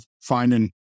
finding